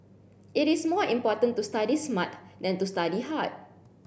it is more important to study smart than to study hard